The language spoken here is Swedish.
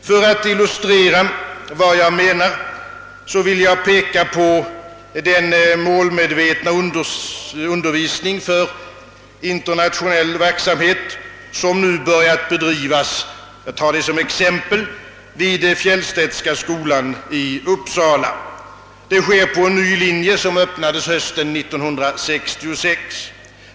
För att illustrera vad jag menar vill jag peka på den målmedvetna undervisning för internationell verksamhet, söni nu börjat bedrivas — jag tar det som exempel — vid Fjellstedtska skolan i Uppsala på:en ny linje som öppnades hösten 1966.